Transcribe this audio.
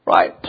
Right